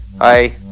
Hi